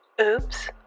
Oops